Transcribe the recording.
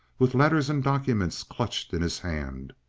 with letters and documents clutched in his hand,